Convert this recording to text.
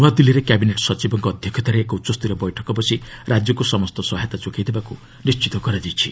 ନୂଆଦିଲ୍ଲୀରେ କ୍ୟାବିନେଟ୍ ସଚିବଙ୍କ ଅଧ୍ୟକ୍ଷତାରେ ଏକ ଉଚ୍ଚସ୍ତରୀୟ ବୈଠକ ବସି ରାଜ୍ୟକ୍ ସମସ୍ତ ସହାୟତା ଯୋଗାଇ ଦେବାକୁ ନିଶ୍ଚିତ କରାଯାଇଛି